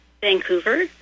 Vancouver